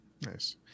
Nice